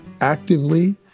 actively